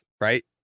right